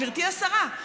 גברתי השרה,